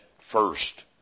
first